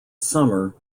summer